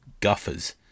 guffers